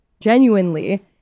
genuinely